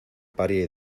paria